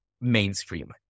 mainstream